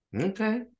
Okay